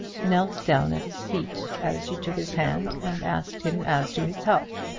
knelt down at his feet, as she took his hand and asked him as to his health.